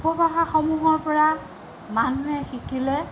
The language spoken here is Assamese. উপভাষাসমূহৰ পৰা মানুহে শিকিলে